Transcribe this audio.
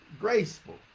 Graceful